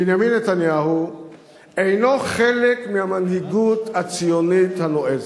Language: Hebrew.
בנימין נתניהו אינו חלק מהמנהיגות הציונית הנועזת.